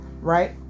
Right